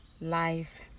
life